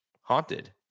haunted